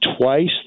twice